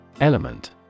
Element